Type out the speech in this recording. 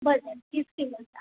बसेल तीस किलोचा